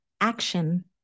action